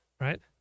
right